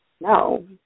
No